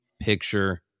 picture